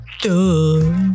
Duh